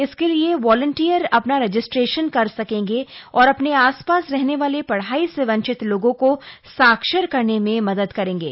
इसके लिए वॉलन्टियर अपना रजिस्ट्रेशन कर सकेंगे और अपने आसपास रहने वाले पढ़ाई से वंचित लोगों को साक्षर करने में मदद करेंगे